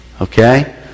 Okay